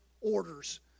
orders